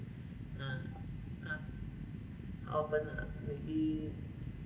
ah ah often lah maybe